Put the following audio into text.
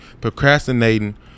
procrastinating